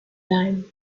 leihen